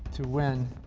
to win